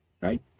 right